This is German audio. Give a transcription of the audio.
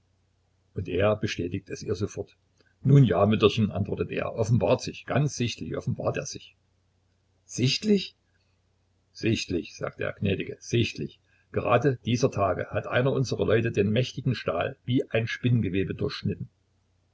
und er bestätigt es ihr sofort nun ja mütterchen antwortet er er offenbart sich ganz sichtlich offenbart er sich sichtlich sichtlich sagt er gnädige sichtlich gerade dieser tage hat einer unserer leute den mächtigen stahl wie ein spinngewebe durchschnitten